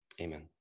Amen